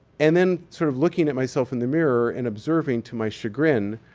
and then sort of looking at myself in the mirror and observing to my chagrin,